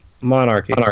Monarchy